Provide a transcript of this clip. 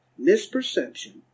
misperception